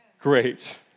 Great